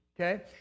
okay